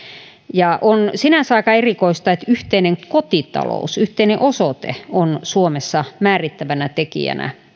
on sinänsä aika erikoista että yhteinen kotitalous yhteinen osoite on suomessa määrittävänä tekijänä vielä